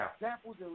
examples